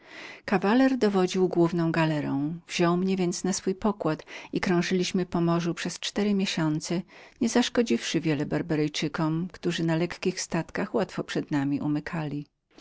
kawaler dowodził główną galerą wziął mnie więc na swój pokład i krążyliśmy po morzu przez cztery miesiące nie zaszkodziwszy wiele barbareskom którzy na lekkich statkach łatwo przed nami umykali tu